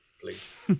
please